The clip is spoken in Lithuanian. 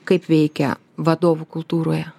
kaip veikia vadovų kultūroje